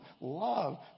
love